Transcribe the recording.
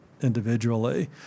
individually